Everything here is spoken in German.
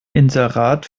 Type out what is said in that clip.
inserat